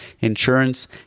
insurance